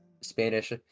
spanish